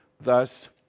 Thus